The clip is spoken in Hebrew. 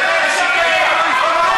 הייתה לו הזדמנות,